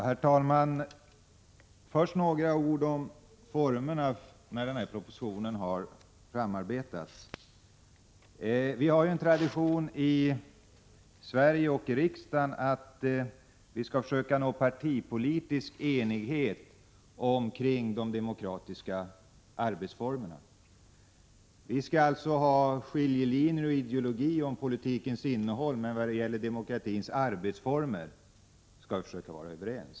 Herr talman! Först några ord om formerna när den här propositionen har framarbetats. Vi har en tradition i Sverige och i riksdagen att vi skall försöka nå partipolitisk enighet omkring de demokratiska arbetsformerna. Vi skall alltså ha ideologiska skiljelinjer i fråga om politikens innehåll, men när det gäller demokratins arbetsformer skall vi försöka vara överens.